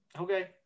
Okay